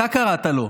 אתה קראת לו.